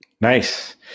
nice